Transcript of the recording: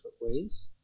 ways